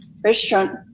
restaurant